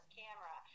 camera